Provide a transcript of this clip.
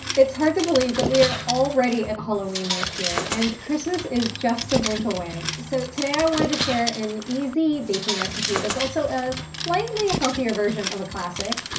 it's hard to believe, but we are already at halloween this year, and christmas is just a blink away. so today, i wanted to share an easy baking recipe that's also a slightly healthier version of a classic,